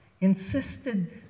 insisted